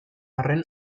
arren